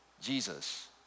Jesus